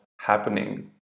happening